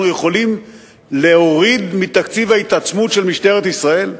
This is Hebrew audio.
יכולים להוריד מתקציב ההתעצמות של משטרת ישראל?